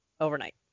overnight